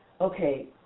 okay